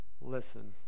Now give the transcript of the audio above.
Listen